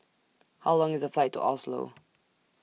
How Long IS The Flight to Oslo